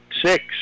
Six